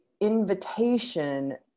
invitation